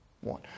one